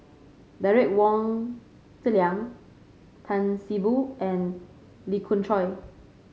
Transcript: Derek Wong Zi Liang Tan See Boo and Lee Khoon Choy